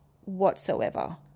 whatsoever